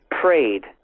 prayed